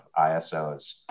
ISOs